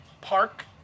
park